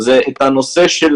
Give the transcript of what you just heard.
היא הנושא של